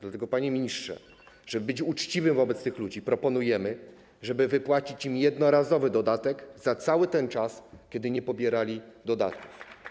Dlatego, panie ministrze, żeby być uczciwym wobec tych ludzi, proponujemy wypłacić im jednorazowy dodatek za cały ten czas, kiedy nie pobierali dodatków.